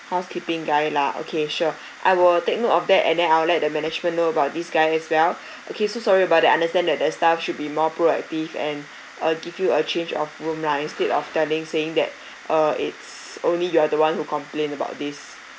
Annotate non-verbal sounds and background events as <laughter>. housekeeping guy lah okay sure <breath> I will take note of that and then I'll let the management know about this guy as well <breath> okay so sorry about that understand that the staff should be more proactive and uh give you a change of room lah instead of telling saying that uh it's only you are the one who complained about this